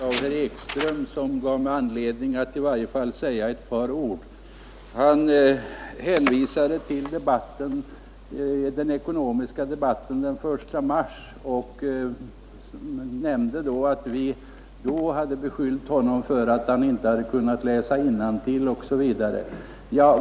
Herr talman! Det var ett yttrande av herr Ekström som gav mig anledning att säga några ord. Han hänvisade till den ekonomiska debatten den 1 mars och nämnde att vi då hade beskyllt honom för att inte ens kunna läsa innantill.